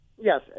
Yes